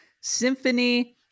Symphony